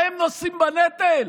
מה, הם נושאים בנטל?